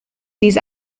these